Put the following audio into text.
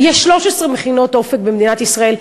יש 13 מכינות "אופק" במדינת ישראל,